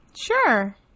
Sure